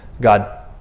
God